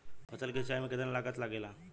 फसल की सिंचाई में कितना लागत लागेला?